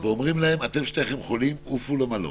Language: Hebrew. ואומרים להם: אתם שניכם חולים, עופו למלון.